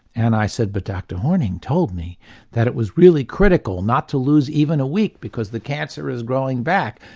and i said but dr. horning told me that it was really critical not to lose even a week because the cancer is growing back.